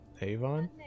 Avon